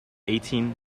eighteen